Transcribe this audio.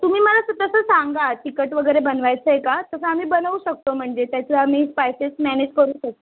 तुम्ही मला तर तसं सांगा तिखट वगेरे बनवायचं आहे का तसं आम्ही बनवू शकतो म्हणजे त्याचं आम्ही स्पायसेस मॅनेज करू शकतो